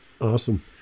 Awesome